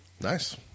Nice